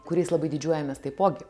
kuriais labai didžiuojamės taipogi